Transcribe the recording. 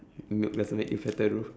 milk doesn't make you fatter though